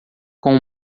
com